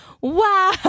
wow